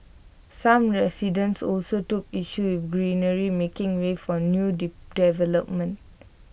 some residents also took issue with the greenery making way for new developments